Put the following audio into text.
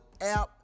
app